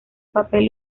papel